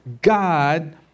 God